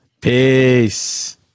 peace